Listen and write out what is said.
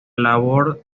labor